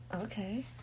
Okay